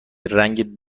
رنگ